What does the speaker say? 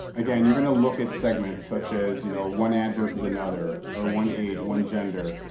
again, you're going to look at segments such as, you know, one ad versus another, or one age, one gender,